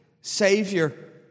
savior